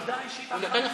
לא,